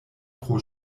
pro